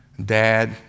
Dad